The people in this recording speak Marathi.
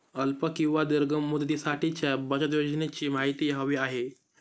अल्प किंवा दीर्घ मुदतीसाठीच्या बचत योजनेची माहिती हवी आहे